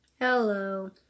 Hello